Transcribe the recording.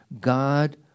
God